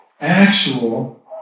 actual